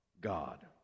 God